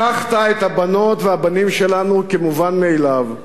לקחת את הבנות והבנים שלנו כמובן מאליו,